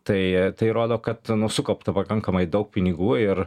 tai tai rodo kad nu sukaupta pakankamai daug pinigų ir